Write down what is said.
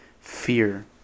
Fear